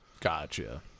Gotcha